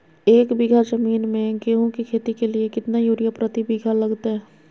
एक बिघा जमीन में गेहूं के खेती के लिए कितना यूरिया प्रति बीघा लगतय?